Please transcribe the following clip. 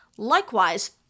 Likewise